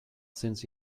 since